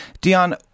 Dion